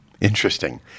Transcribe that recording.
Interesting